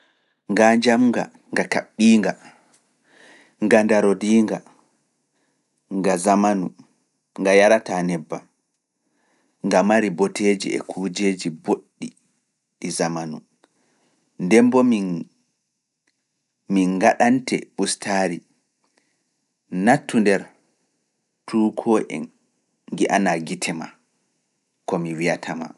Ngaa njamnga, nga kaɓbiinga, nga ndarodiinga, nga zamanu, nga yarataa nebbam, nga mari boteeji e kujeeji boɗɗi ɗi zamanu. Nde mbo min ngaɗante ustaari, nattu nder tuukoo en ngi'anaa gite maa, ko mi wiyata maa.